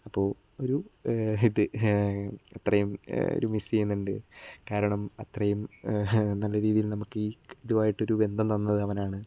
ഇപ്പോൾ ഒരു ഇത് ഇത്രയും ഒരു മിസ് ചെയ്യുന്നുണ്ട് കാരണം അത്രയും നല്ല രീതിയിൽ നമ്മൾക്ക് ഈ ഇതുമായിട്ട് ഒരു ബന്ധം തന്നത് അവനാണ്